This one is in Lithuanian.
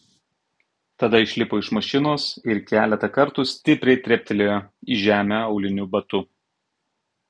tada išlipo iš mašinos ir keletą kartų stipriai treptelėjo į žemę auliniu batu